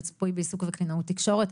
ריפוי בעיסוק וקלינאות תקשורת.